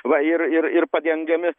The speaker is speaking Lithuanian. va ir ir ir padengiami